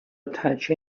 attach